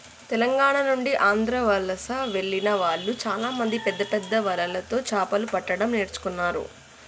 తెలంగాణ నుండి ఆంధ్ర వలస వెళ్లిన వాళ్ళు చాలామంది పెద్దపెద్ద వలలతో చాపలు పట్టడం నేర్చుకున్నారు